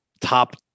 top